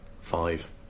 five